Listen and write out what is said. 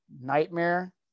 Nightmare